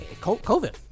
COVID